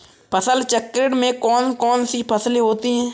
फसल चक्रण में कौन कौन सी फसलें होती हैं?